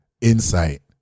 insight